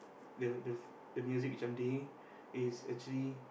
the the the music which I'm doing is actually